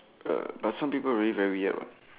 eh but some people really very weird what